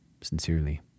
Sincerely